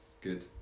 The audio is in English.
Good